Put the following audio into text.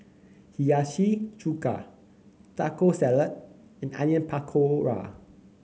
Hiyashi Chuka Taco Salad and Onion Pakora